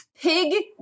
Pig